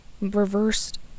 reversed